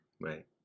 Right